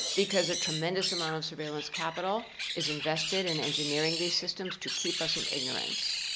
because a tremendous amount of surveillance capital is invested in engineering these systems to keep us in ignorance.